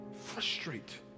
frustrate